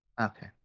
Okay